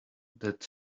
that